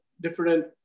different